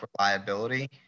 reliability